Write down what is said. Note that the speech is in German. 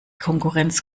konkurrenz